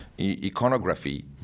iconography